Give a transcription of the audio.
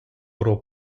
про